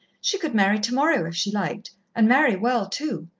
she could marry tomorrow if she liked and marry well, too.